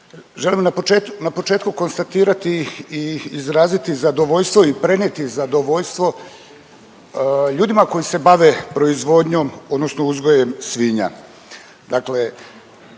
Želim na početku konstatirati i izraziti zadovoljstvo i prenijeti zadovoljstvo ljudima koji se bave proizvodnjom odnosno uzgojem svinja.